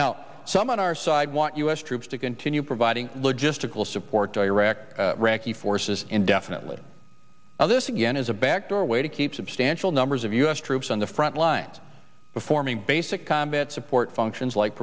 now some on our side want u s troops to continue providing logistical support to iraq recchi forces indefinitely this again is a backdoor way to keep substantial numbers of u s troops on the front lines performing basic combat support functions like